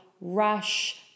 Rush